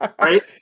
right